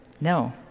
no